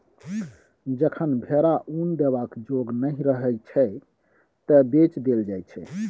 जखन भेरा उन देबाक जोग नहि रहय छै तए बेच देल जाइ छै